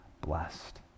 blessed